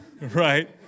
right